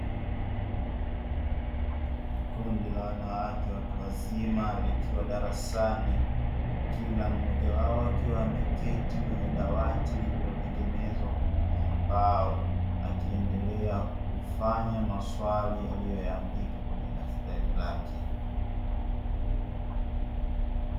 Kundi la wanawake watu wazima likiwa darasani, kila mmoja wao akiwa ameketi kwenye dawati lililo tengenezwa kwa kutumia mbao, akiendelea kufanya maswali aliyo andika kwenye daftari lake.